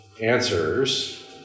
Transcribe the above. answers